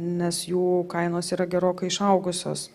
nes jų kainos yra gerokai išaugusios